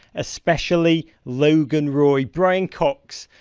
especially logan roy. brian cox,